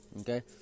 Okay